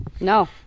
No